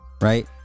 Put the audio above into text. right